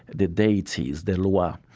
the deities, the lwa.